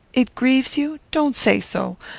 it grieves you? don't say so.